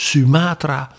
Sumatra